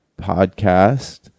podcast